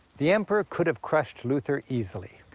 the emperor could have crushed luther easily.